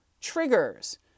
triggers